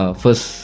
first